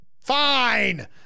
Fine